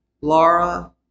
Laura